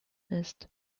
ist